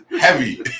heavy